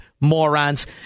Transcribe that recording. morons